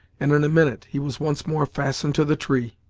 and, in a minute, he was once more fastened to the tree,